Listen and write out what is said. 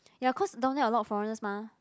ya cause down there a lot of foreigners mah